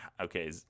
okay